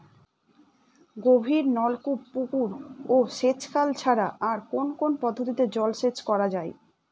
গভীরনলকূপ পুকুর ও সেচখাল ছাড়া আর কোন কোন পদ্ধতিতে জলসেচ করা যায়?